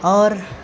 اور